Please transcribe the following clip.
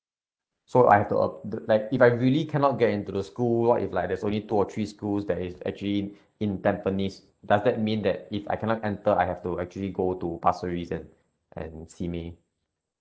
so I've to ap~ like if I really cannot get into the school if like there's only two or three schools that is actually in tampines does that mean that if I cannot enter I have to actually go to pasir ris and and simei